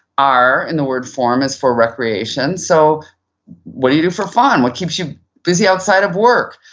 r in the word form is for recreation. so what do you do for fun? what keeps you busy outside of work?